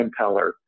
impeller